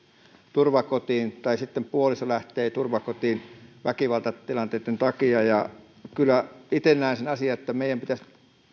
turvakotiin tai sitten puoliso lähtee turvakotiin väkivaltatilanteitten takia itse kyllä näen sen asian että meidän pitäisi